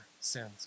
sin's